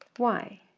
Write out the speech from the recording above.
why?